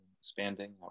expanding